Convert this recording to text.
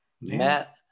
Matt